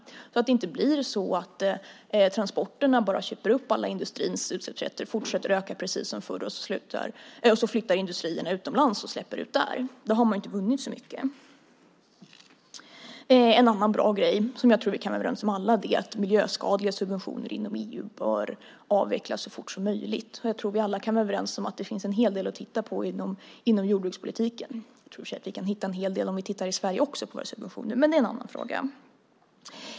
Det får inte bli så att transporterna bara köper upp industrins alla utsläppsrätter och fortsätter att öka precis som förut. Sedan flyttar industrierna utomlands och släpper ut där. Då har man inte vunnit så mycket. En annan bra grej som jag tror att vi alla kan vara överens om är att miljöskadliga subventioner inom EU bör avvecklas så fort som möjligt. Jag tror att vi alla kan vara överens om att det finns en hel del att hitta inom jordbrukspolitiken. Jag tror i och för sig att vi kan hitta en hel del om vi tittar på våra subventioner i Sverige också, men det är en annan fråga.